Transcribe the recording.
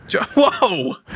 Whoa